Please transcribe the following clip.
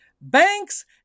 Banks